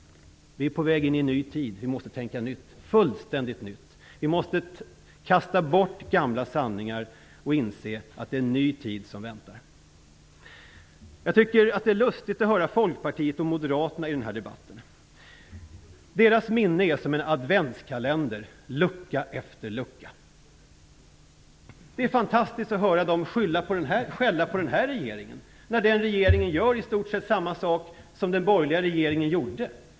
Vi är på väg in i en ny tid. Vi måste tänka på ett fullständigt nytt sätt. Vi måste kasta bort gamla sanningar och inse att en ny tid väntar. Det är lustigt att höra Folkpartiet och Moderaterna i den här debatten. Deras minne är som en adventskalender; det finns lucka efter lucka. Det är fantastiskt att höra dem skälla på den här regeringen. Den gör i stort sett samma sak som den borgerliga regeringen gjorde.